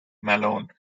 malone